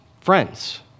friends